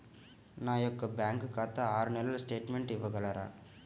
నా యొక్క బ్యాంకు ఖాతా ఆరు నెలల స్టేట్మెంట్ ఇవ్వగలరా?